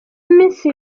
iminsi